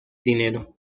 dinero